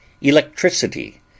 electricity